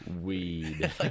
weed